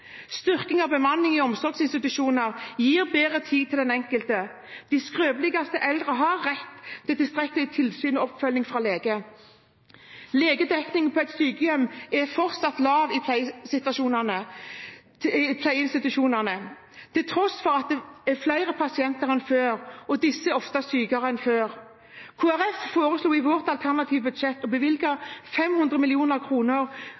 Styrking av bemanningen i omsorgsinstitusjonene gir bedre tid til den enkelte. De skrøpeligste eldre har rett på tilstrekkelig tilsyn og oppfølging fra lege. Legedekningen på sykehjem er fortsatt lav i pleieinstitusjonene, til tross for at det er flere pasienter enn før, og at disse ofte er sykere enn før. Vi i Kristelig Folkeparti foreslo i vårt alternative budsjett å bevilge 500